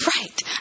Right